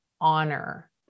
honor